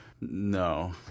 No